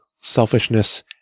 selfishness